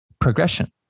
progression